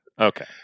Okay